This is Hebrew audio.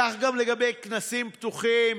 כך גם לגבי כנסים פתוחים